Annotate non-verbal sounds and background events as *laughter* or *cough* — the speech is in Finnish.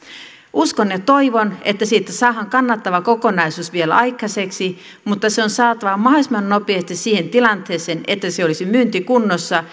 uskon ja toivon että siitä saadaan kannattava kokonaisuus vielä aikaiseksi mutta se on saatava mahdollisimman nopeasti siihen tilanteeseen että se olisi myyntikunnossa *unintelligible*